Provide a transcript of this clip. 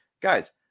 guys